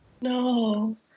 No